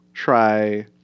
try